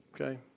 Okay